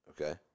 okay